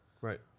Right